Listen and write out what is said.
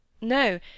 No